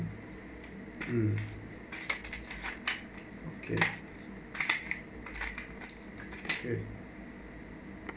mm okay okay